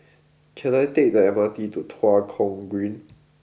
can I take the M R T to Tua Kong Green